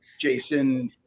Jason